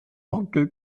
onkel